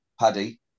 Paddy